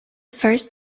first